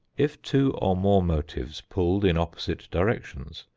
if two or more motives pulled in opposite directions,